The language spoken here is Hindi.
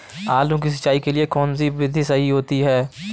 आलू की सिंचाई के लिए कौन सी विधि सही होती है?